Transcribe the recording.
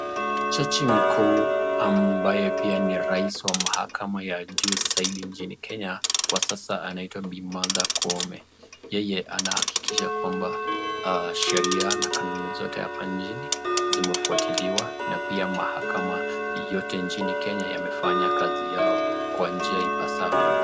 Jaji mkuu ambaye pia ni raisi wa maakama ya juu zaidi nchini Kenya, kwa sasa anaitwa bi Martha Koome. Yeye ana akikisha kwamba Sheria na kanuni zote hapa nchini zimefuatiliwa. Na pia maakama yote nchini Kenya imefanya kazi Yao kwa njia ipasavyo.